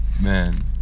man